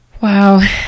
Wow